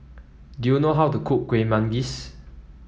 do you know how to cook Kuih Manggis